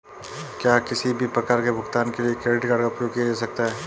क्या किसी भी प्रकार के भुगतान के लिए क्रेडिट कार्ड का उपयोग किया जा सकता है?